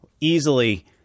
easily